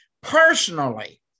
personally